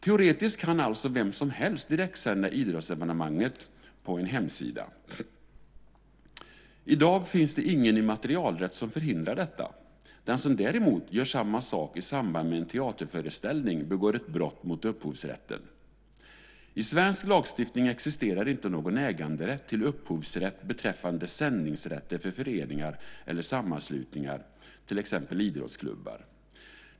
Teoretiskt kan alltså vem som helst direktsända idrottsevenemanget på en hemsida. I dag finns det ingen immaterialrätt som förhindrar detta. Den som däremot gör samma sak i samband med en teaterföreställning begår ett brott mot upphovsrätten. I svensk lagstiftning existerar inte någon äganderätt eller upphovsrätt beträffande sändningsrätter för föreningar eller sammanslutningar, till exempel idrottsklubbar.